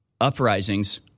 uprisings